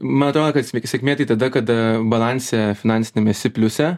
man atrodo kad sėkmė tai tada kada balanse finansiniam esi pliuse